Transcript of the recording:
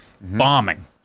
Bombing